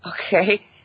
okay